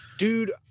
Dude